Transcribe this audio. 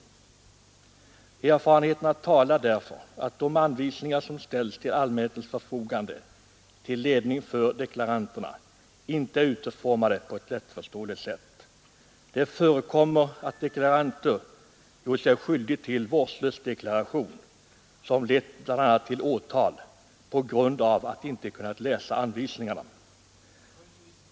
Erfarenheterna talar för att de anvisningar som ställs till allmänhetens förfogande till ledning för deklaranterna inte är utformade på ett lättförståeligt sätt. Det förekommer att deklaranter på grund av att de inte förstått anvisningarna gjort sig skyldiga till vårdslös deklaration, som bl.a. lett till åtal.